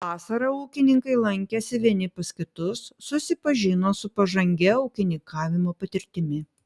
vasarą ūkininkai lankėsi vieni pas kitus susipažino su pažangia ūkininkavimo patirtimi